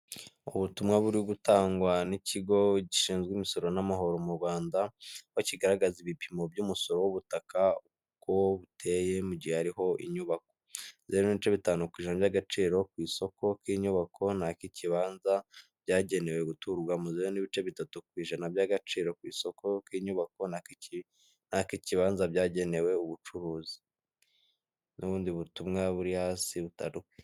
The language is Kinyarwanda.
Ubutumwa buri gutangwa n'ikigo gishinzwe imisoro n'amahoro mu Rwanda bakigaragaza ibipimo by'umusoro w'ubutaka uko buteye mu gihe hariho inyubako zero n'ibice bitanu ku ijana by'agaciro ku isoko k'inyubako ni ak'ikibanza byagenewe guturwa muze n'ibice bitatu ku ijana by'agaciro ku isoko k'inyubako na na kikibanza byagenewe ubucuruzi n'ubundi butumwa buri hasi buta...